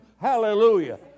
hallelujah